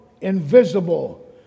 invisible